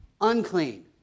unclean